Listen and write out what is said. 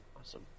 Awesome